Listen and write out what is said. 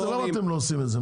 למה אתם לא עושים את זה?